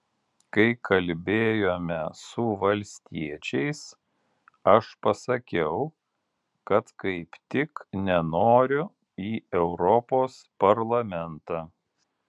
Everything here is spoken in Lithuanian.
kai kalbėjome su valstiečiais aš pasakiau kad kaip tik nenoriu į europos parlamentą